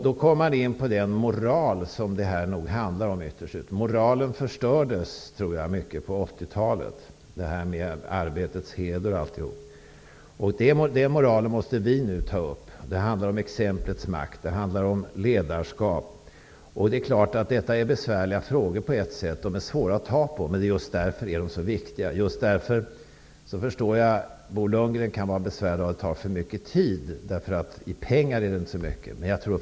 Då kommer jag in på frågan om moral, som diskussionen nog ytterst handlar om. Jag tror att moralen, t.ex. vad gäller arbetets heder, i mycket förstördes på 80-talet. Den moralen måste vi nu höja. Det handlar om exemplets makt. Det handlar om ledarskap. Det är klart att det på ett sätt är besvärliga frågor. De är svåra att ta på. Just därför är de så viktiga. Jag förstår att Bo Lundgren kan vara besvärad av att dessa frågor tar för mycket tid. I pengar är det inte så mycket.